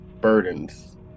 burdens